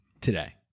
today